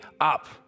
up